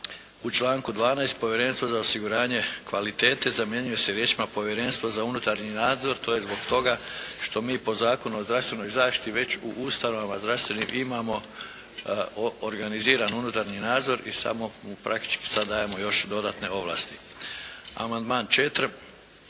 u članku 12. Povjerenstvo za osiguranje kvalitete zamjenjuje se riječima: "Povjerenstvo za unutarnji nadzor" to je zbog toga što mi po Zakonu o zdravstvenoj zaštiti već u ustanovama zdravstvenim imamo organizirani unutarnji nadzor i samo mu praktički sada dajemo još dodatne ovlasti. Amandman 4.